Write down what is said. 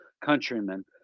countrymen